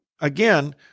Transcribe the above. again